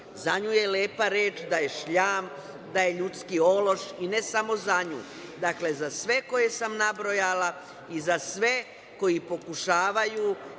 Za nju je lepa reč da je šljam, da je ljudski ološ. I ne samo za nju, dakle, za sve koje sam nabrojala i za sve koji pokušavaju